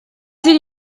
did